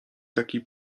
takiej